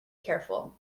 careful